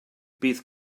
bydd